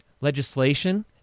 legislation